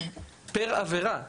עבור כל עבירה ועבירה,